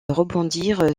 rebondir